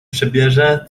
przebierze